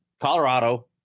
Colorado